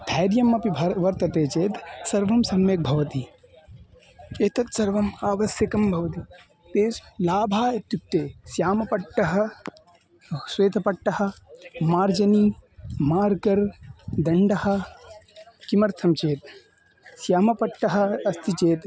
धैर्यमपि भ वर्तते चेत् सर्वं सम्यक् भवति एतत् सर्वम् आवश्यकं भवति तेषु लाभः इत्युक्ते श्यामपट्टः श्वेतपट्टः मार्जनी मार्कर् दण्डः किमर्थं चेत् श्यामपट्टः अस्ति चेत्